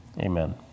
Amen